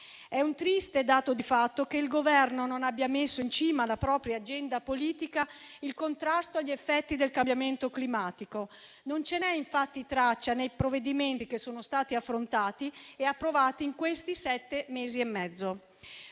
non le ha poste; tanto meno ha messo in cima alla propria agenda politica il contrasto agli effetti del cambiamento climatico. Non ce n'è infatti traccia nei provvedimenti che sono stati affrontati e approvati in quasi sette mesi e mezzo: